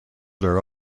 their